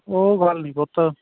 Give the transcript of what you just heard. ਉਹ ਗੱਲ ਨੀ ਪੁੱਤ